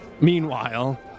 Meanwhile